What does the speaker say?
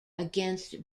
against